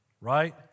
right